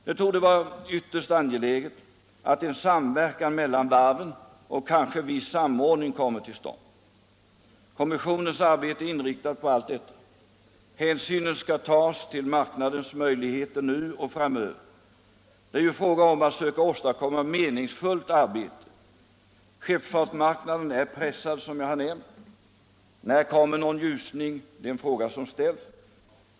Det torde vara ytterst angeläget att samverkan mellan varven och kanske också en viss samordning dem emellan kommer till stånd. Kommissionens arbete inriktas på allt detta. Hänsyn skall tas till marknadens möjligheter nu och framöver. Det är ju fråga om att söka åstadkomma ett meningsfullt arbete. Skeppsfartsmarknaden är pressad som jag nämnt. När kommer någon ljusning? Det är den fråga som ställs.